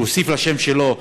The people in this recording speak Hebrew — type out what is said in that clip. שהוסיף לשם שלו,